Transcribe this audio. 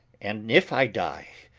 and if i dye,